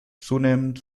zunehmend